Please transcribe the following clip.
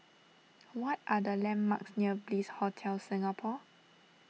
what are the landmarks near Bliss Hotel Singapore